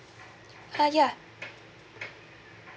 uh ya